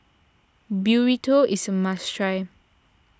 Burrito is a must try